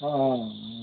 अँ अँ